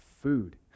food